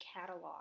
catalog